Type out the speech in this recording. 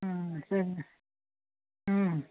ಹ್ಞೂ ಸರಿ ಹ್ಞೂ